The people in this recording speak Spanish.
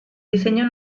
diseño